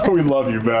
but we love you, matt.